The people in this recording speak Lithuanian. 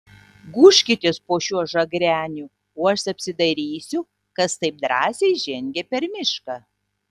gūžkitės po šiuo žagreniu o aš apsidairysiu kas taip drąsiai žengia per mišką